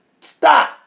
stop